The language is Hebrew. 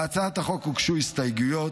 להצעת החוק הוגשו הסתייגויות,